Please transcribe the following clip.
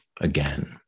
again